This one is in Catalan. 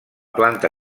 planta